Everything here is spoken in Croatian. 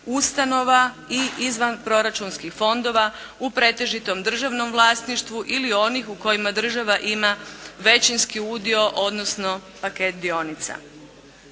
i izvanproračunskih fondova u pretežito državnom vlasništvu ili onih u kojima država ima većinski udio odnosno paket dionica.